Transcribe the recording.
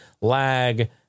lag